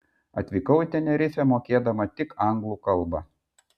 atvykau į tenerifę mokėdama tik anglų kalbą